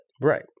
Right